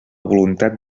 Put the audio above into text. voluntat